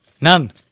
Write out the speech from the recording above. None